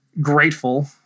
grateful